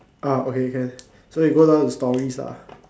ah okay can so you go down the stories lah